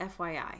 FYI